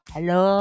Hello